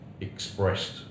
expressed